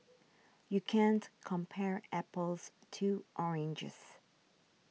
you can't compare apples to oranges